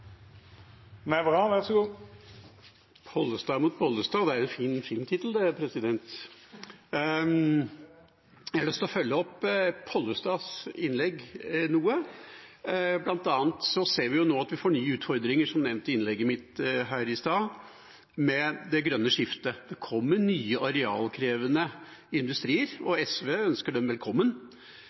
Pollestad mot Bollestad – det er en fin tittel det, president. Jeg har lyst til å følge opp Pollestads innlegg noe. Blant annet ser vi nå at vi får nye utfordringer, som nevnt i innlegget mitt her i stad, med det grønne skiftet. Det kommer nye, arealkrevende industrier. SV ønsker dem velkommen,